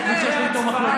אני גם הודעתי קודם שהיית בעד.